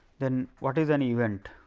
then, what is an event?